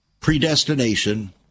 predestination